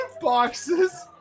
boxes